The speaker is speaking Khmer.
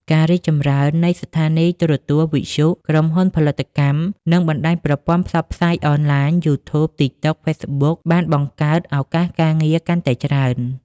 ការរីកចម្រើននៃស្ថានីយទូរទស្សន៍ វិទ្យុ ក្រុមហ៊ុនផលិតកម្ម និងបណ្ដាញផ្សព្វផ្សាយអនឡាញ យូធូប តិកតុក ហ្វេសបុក បានបង្កើតឱកាសការងារកាន់តែច្រើន។